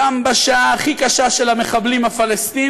גם בשעה הכי קשה של המחבלים הפלסטינים,